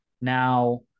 Now